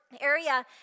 area